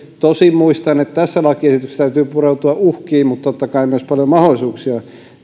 tosin muistan että tässä lakiesityksessä täytyy pureutua uhkiin mutta totta kai myös paljon mahdollisuuksia